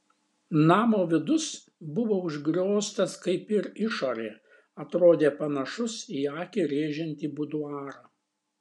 namo vidus buvo užgrioztas kaip ir išorė atrodė panašus į akį rėžiantį buduarą